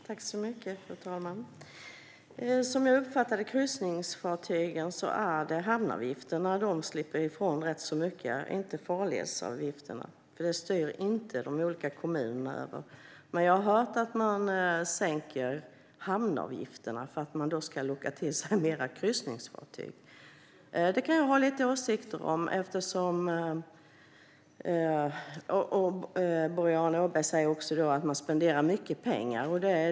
Fru talman! Jag uppfattar det så att kryssningsfartygen slipper ifrån hamnavgifterna, inte farledsavgifterna. Dem styr inte de olika kommunerna över. Men jag har hört att man har sänkt hamnavgifterna för att locka till sig fler kryssningsfartyg. Det kan jag ha åsikter om. Boriana Åberg säger också att man spenderar mycket pengar.